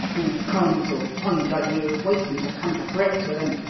who comes ull find ah here waitin' to come to grips with un.